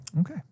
Okay